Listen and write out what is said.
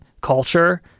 culture